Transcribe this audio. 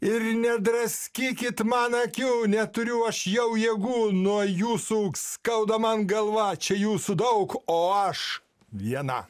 ir nedraskykit man akių neturiu aš jau jėgų nuo jūsų skauda man galva čia jūsų daug o aš viena